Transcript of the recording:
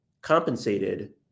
compensated